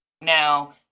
now